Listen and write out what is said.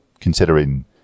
considering